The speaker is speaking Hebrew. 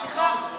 סליחה.